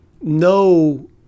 No